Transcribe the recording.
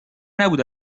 نبود